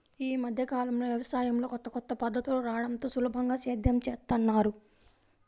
యీ మద్దె కాలంలో యవసాయంలో కొత్త కొత్త పద్ధతులు రాడంతో సులభంగా సేద్యం జేత్తన్నారు